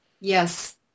yes